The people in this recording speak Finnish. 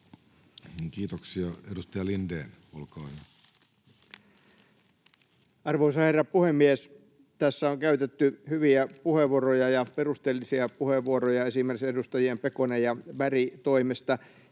Kiitoksia. — Edustaja Lindén, olkaa hyvä. Arvoisa herra puhemies! Tässä on käytetty hyviä ja perusteellisia puheenvuoroja esimerkiksi edustajien Pekonen ja Berg toimesta.